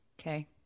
Okay